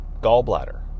gallbladder